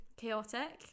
chaotic